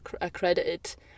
accredited